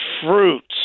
fruits